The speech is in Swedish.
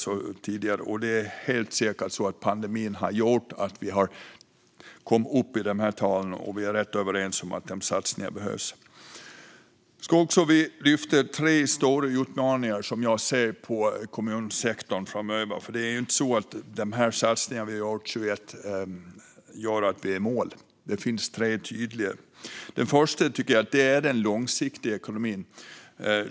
Pandemin har helt säkert gjort att vi har kommit upp i dessa tal, och vi är rätt överens om att satsningarna behövs. Jag ska också lyfta tre stora utmaningar för kommunsektorn som jag ser framöver. De satsningar vi gör 2021 innebär ju inte att vi är i mål. Det finns tre tydliga utmaningar. Den första är, tycker jag, den långsiktiga ekonomin.